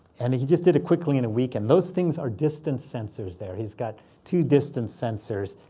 and he just did it quickly in a week. and those things are distance sensors there. he's got two distance sensors.